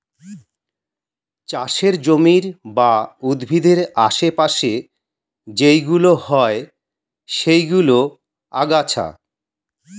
চাষের জমির বা উদ্ভিদের আশে পাশে যেইগুলো হয় সেইগুলো আগাছা